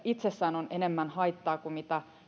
itsessään on enemmän haittaa kuin mitä